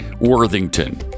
Worthington